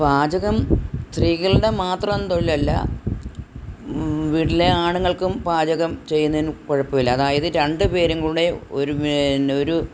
പാചകം സ്ത്രീകളുടെ മാത്രം തൊഴിലല്ല വീട്ടിലെ ആണുങ്ങൾക്കും പാചകം ചെയ്യുന്നതിന് കുഴപ്പം ഇല്ല അതായത് രണ്ട് പേരും കൂടെ ഒരു പിന്നെ ഒരു